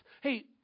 Hey